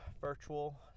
virtual